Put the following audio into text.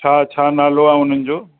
छा छा नालो आहे उन्हनि जो